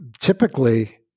typically